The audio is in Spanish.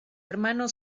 hermano